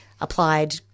applied